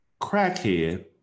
crackhead